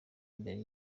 imbere